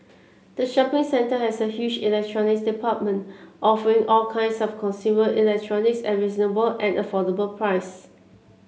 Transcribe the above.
the shopping centre has a huge Electronics Department offering all kinds of consumer electronics at reasonable and affordable price